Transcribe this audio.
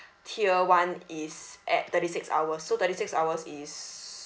tier [one] is at thirty six hours so thirty six hours is